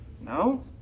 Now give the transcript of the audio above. No